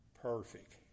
perfect